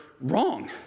wrong